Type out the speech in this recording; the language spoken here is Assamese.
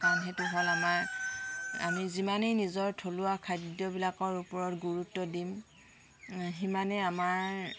সেইটো হ'ল আমাৰ আমি যিমানেই নিজৰ থলুৱা খাদ্যবিলাকৰ ওপৰত গুৰুত্ব দিম সিমানেই আমাৰ